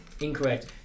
Incorrect